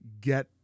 get